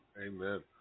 Amen